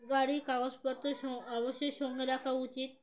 গাড়ির কাগজপত্র অবশ্যই সঙ্গে রাখা উচিত